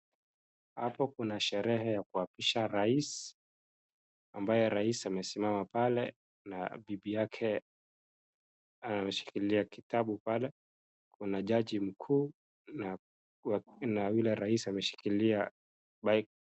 Hapo kuna sherehe ya kuapisha raisi ambayo raisi amesimama pale na bibi yake ameshikilia kitabu pale. Kuna jaji mkuu, na yule raisi ameshikilia bible .